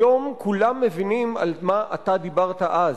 היום כולם מבינים על מה אתה דיברת אז,